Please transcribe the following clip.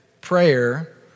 prayer